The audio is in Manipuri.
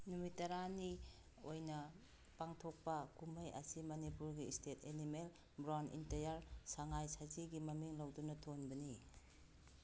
ꯅꯨꯃꯤꯠ ꯇꯔꯥꯅꯤ ꯑꯣꯏꯅ ꯄꯥꯡꯊꯣꯛꯄ ꯀꯨꯝꯍꯩ ꯑꯁꯤ ꯃꯅꯤꯄꯨꯔꯒꯤ ꯁ꯭ꯇꯦꯠ ꯑꯦꯅꯤꯃꯦꯜ ꯕ꯭ꯔꯥꯎꯟ ꯏꯟꯇꯦꯌꯥꯔ ꯁꯉꯥꯏ ꯁꯖꯤꯒꯤ ꯃꯃꯤꯡ ꯂꯧꯗꯨꯅ ꯊꯣꯟꯕꯅꯤ